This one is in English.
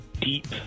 deep